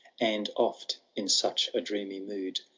and oft in such a dreamy mood.